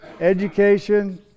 education